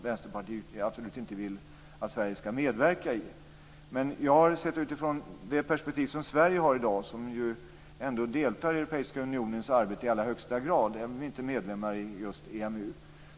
Vänsterpartiet vill ju att Sverige absolut inte skall medverka i EU och EMU. Sverige deltar i Europeiska unionens arbete i allra högsta grad, även om Sverige inte är medlem i just EMU.